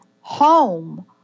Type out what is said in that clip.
home